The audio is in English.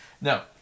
No